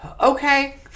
Okay